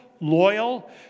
loyal